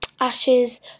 ashes